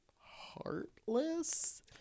heartless